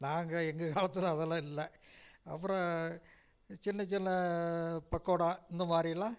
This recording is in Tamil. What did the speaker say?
நாங்கள் எங்கள் காலத்தில் அதெல்லாம் இல்லை அப்றம் சின்னச் சின்ன பக்கோடா இந்த மாதிரியெல்லாம்